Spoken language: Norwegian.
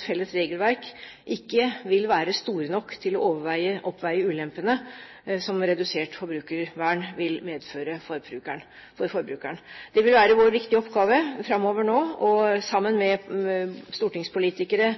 felles regelverk ikke vil være stor nok til å oppveie de ulempene som redusert forbrukervern vil medføre for forbrukeren. Det vil være vår viktige oppgave framover nå, sammen med stortingspolitikere